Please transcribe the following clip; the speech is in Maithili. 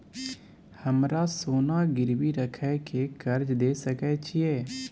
हमरा सोना गिरवी रखय के कर्ज दै सकै छिए?